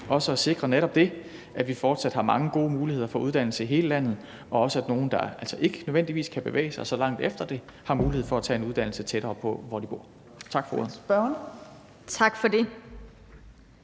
også at sikre netop det, at vi fortsat har mange gode muligheder for uddannelse i hele landet, og at nogle, der altså ikke nødvendigvis kan bevæge sig så langt efter det, har mulighed for at tage en uddannelse tættere på, hvor de bor. Tak for ordet. Kl.